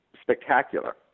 spectacular